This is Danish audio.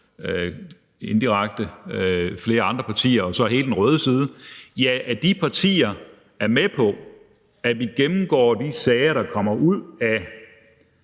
indirekte, flere andre partier og så hele den røde side – er med på, at vi gennemgår de sager, der kommer på